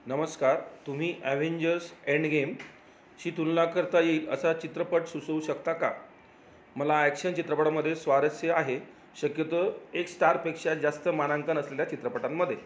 नमस्कार तुम्ही Avengers Endgame शी तुलना करता येईल असा चित्रपट सुचवू शकता का मला ॲक्शन चित्रपटामध्ये स्वारस्य आहे शक्यतो एक स्टारपेक्षा जास्त मानांकन असलेल्या चित्रपटांमध्ये